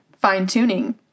fine-tuning